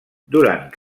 durant